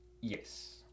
Yes